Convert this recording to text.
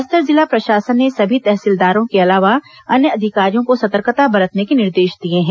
बस्तर जिला प्रशासन ने सभी तहसीलदारों के अलावा अन्य अधिकारियों को सतर्कता बरतने के निर्देश दिए हैं